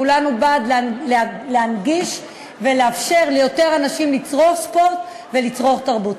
כולנו בעד להנגיש ולאפשר ליותר אנשים לצרוך ספורט ולצרוך תרבות.